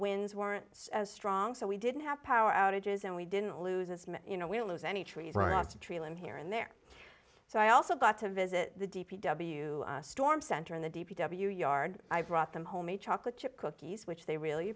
winds weren't as strong so we didn't have power outages and we didn't lose as you know we lose any trees right off the tree limb here and there so i also got to visit the d p w storm center in the d p w yard i brought them home a chocolate chip cookies which they really